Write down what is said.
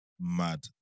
mad